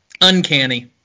Uncanny